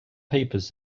papers